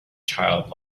child